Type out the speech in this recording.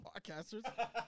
podcasters